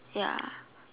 ya